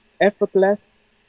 effortless